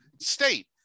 State